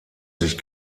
sich